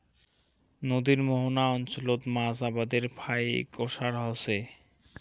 নদীর মোহনা অঞ্চলত মাছ আবাদের ফাইক ওসার হইচে